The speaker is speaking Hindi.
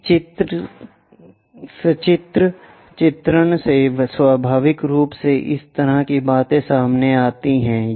इस सचित्र चित्रण से स्वाभाविक रूप से इस तरह की बातें सामने आती हैं